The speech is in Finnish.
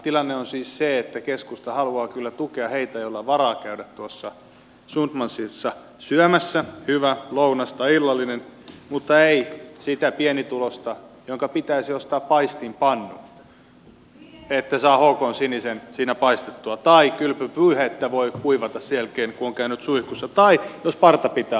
tilanne on siis se että keskusta haluaa kyllä tukea heitä joilla on varaa käydä tuossa sundmansissa syömässä hyvä lounas tai illallinen mutta ei sitä pienituloista jonka pitäisi ostaa paistinpannu että saa hkn sinisen siinä paistettua tai kylpypyyhe että voi kuivata sen jälkeen kun on käynyt suihkussa tai jos parta pitää ajaa